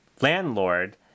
landlord